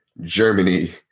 Germany